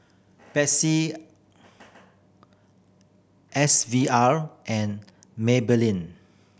Betsy S V R and Maybelline